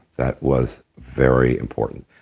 that was very important.